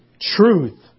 truth